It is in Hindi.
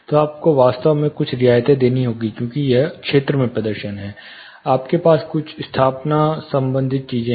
तो आपको वास्तव में कुछ रियायतें देनी होंगी क्योंकि यह क्षेत्र में प्रदर्शन है आपके पास कुछ स्थापना संबंधित चीजें हैं